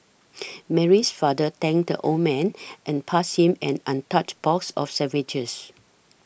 Mary's father thanked the old man and passed him an untouched box of sandwiches